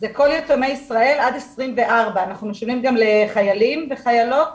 זה כל יתומי ישראל עד גיל 24. אנחנו משלמים גם לחיילים וחיילות